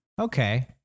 okay